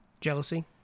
Jealousy